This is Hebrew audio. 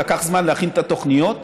אבל לקח זמן להכין את התוכניות,